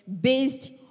based